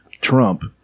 Trump